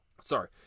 Sorry